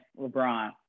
LeBron